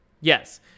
Yes